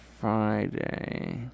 Friday